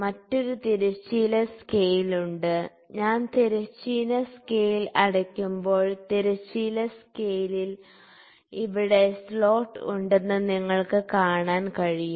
മറ്റൊരു തിരശ്ചീന സ്കെയിൽ ഉണ്ട് ഞാൻ തിരശ്ചീന സ്കെയിൽ അടയ്ക്കുമ്പോൾ തിരശ്ചീന സ്കെയിലിൽ ഇവിടെ സ്ലോട്ട് ഉണ്ടെന്ന് നിങ്ങൾക്ക് കാണാൻ കഴിയും